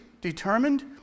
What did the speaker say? determined